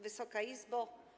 Wysoka Izbo!